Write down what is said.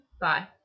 Bye